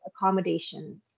accommodation